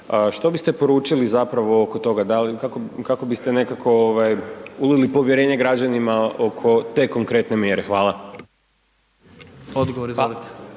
Što biste poručili zapravo oko toga, kako biste nekako ovaj ulili povjerenje građanima oko te konkretne mjere. Hvala. **Jandroković,